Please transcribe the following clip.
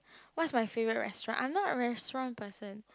what is my favourite restaurant I am not a restaurant person